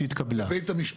שאלת לגבי הבסיס.